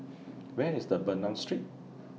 Where IS The Bernam Street